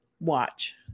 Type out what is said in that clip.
watch